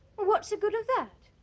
well what's a good of that?